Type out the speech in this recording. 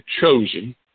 chosen